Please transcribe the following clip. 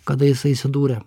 kada jisai įsidūrė